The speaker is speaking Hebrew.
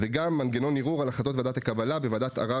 וגם מנגנון ערעור על החלטות ועדת הקבלה בוועדת ערר